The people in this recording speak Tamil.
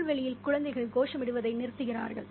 புல்வெளியில் குழந்தைகள் கோஷமிடுவதை நிறுத்துகிறார்கள்